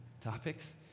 topics